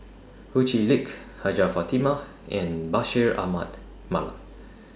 Ho Chee Lick Hajjah Fatimah and Bashir Ahmad Mallal